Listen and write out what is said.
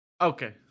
okay